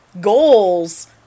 goals